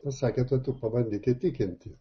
pasakė tai tu pabandyk įtikinti